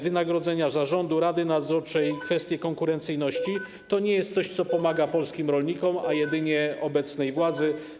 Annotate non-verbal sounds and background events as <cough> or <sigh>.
Wynagrodzenia zarządu, rady nadzorczej, kwestie konkurencyjności: <noise> to nie jest coś, co pomaga polskim rolnikom, ale jedynie obecnej władzy.